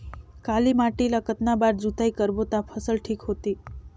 काली माटी ला कतना बार जुताई करबो ता फसल ठीक होती?